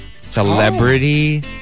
Celebrity